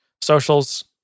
socials